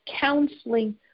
counseling